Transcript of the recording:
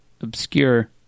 obscure